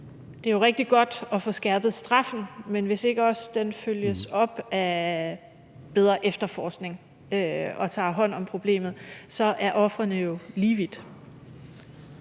det er rigtig godt at få skærpet straffen, men hvis ikke også den følges op af bedre efterforskning og der tages hånd om problemet, er ofrene jo lige vidt.